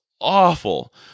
awful